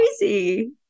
crazy